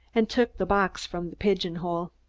and took the box from the pigeonhole.